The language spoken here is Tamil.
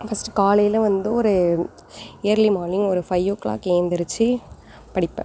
ஃபர்ஸ்ட்டு காலையில் வந்து ஒரு இயர்லி மார்னிங் ஒரு ஃபைவ் ஓ கிளாக் ஏந்திரிச்சு படிப்பேன்